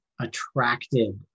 attracted